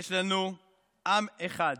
יש לנו עם אחד.